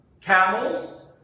camels